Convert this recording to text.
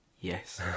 Yes